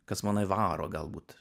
kas mane varo galbūt